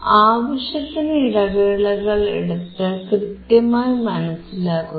ആവശ്യത്തിന് ഇടവേളകൾ എടുത്ത് കൃത്യമായി മനസിലാക്കുക